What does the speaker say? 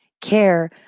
care